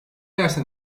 yaştan